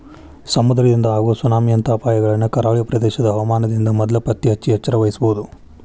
ಸಮುದ್ರದಿಂದ ಆಗೋ ಸುನಾಮಿ ಅಂತ ಅಪಾಯಗಳನ್ನ ಕರಾವಳಿ ಪ್ರದೇಶದ ಹವಾಮಾನದಿಂದ ಮೊದ್ಲ ಪತ್ತೆಹಚ್ಚಿ ಎಚ್ಚರವಹಿಸಬೊದು